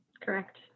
Correct